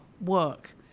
work